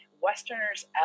Westerners